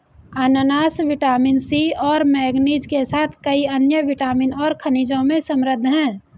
अनन्नास vitamin C और manganese के साथ कई अन्य विटामिन और खनिजों में समृद्ध हैं